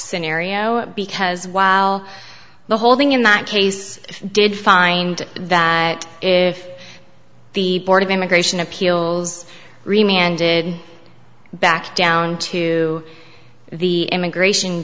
scenario because while the holding in that case did find that if the board of immigration appeals remey ended back down to the immigration